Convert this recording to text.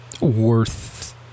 worth